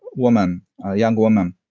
woman, a young woman,